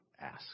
ask